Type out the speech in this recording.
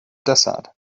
desert